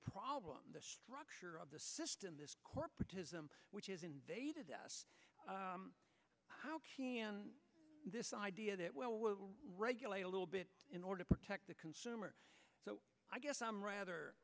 problem the structure of the system this corporatism which is invaded us how this idea that well regulated little bit in order to protect the consumer so i guess i'm rather